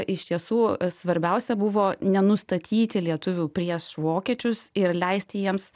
iš tiesų svarbiausia buvo nenustatyti lietuvių prieš vokiečius ir leisti jiems